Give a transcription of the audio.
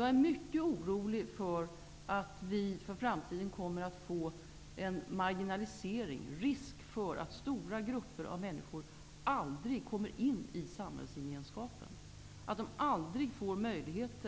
Jag är mycket orolig för att vi för framtiden kommer att få en marginalisering, en risk för att stora grupper av människor aldrig kommer att komma in i samhällsgemenskapen, att de aldrig kommer att få möjlighet